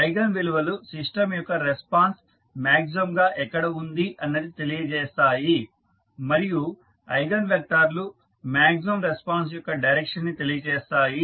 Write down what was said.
eigen విలువలు system యొక్క response maximum గా ఎక్కడ ఉంది అన్నది తెలియచేస్తాయి మరియు ఐగన్ వెక్టార్ లు మాక్సిమమ్ రెస్పాన్స్ యొక్క డైరెక్షన్ ని తెలియ చేస్తాయి